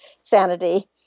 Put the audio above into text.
sanity